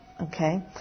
okay